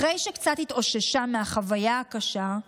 אחרי שקצת התאוששה מהחוויה הקשה,